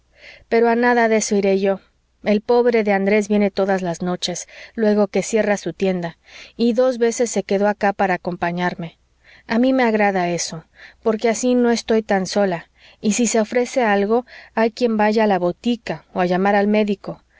pero a nada de eso iré yo el pobre de andrés viene todas las noches luego que cierra su tienda y dos veces se quedó acá para acompañarme a mí me agrada eso porque así no estoy tan sola y si se ofrece algo hay quien vaya a la botica o a llamar al médico